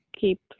keep